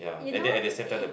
you know